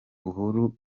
uhuru